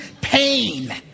pain